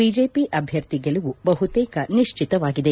BJP ಅಭ್ಯರ್ಥಿ ಗೆಲುವು ಬಹುತೇಕ ನಿಶ್ಚಿತವಾಗಿದೆ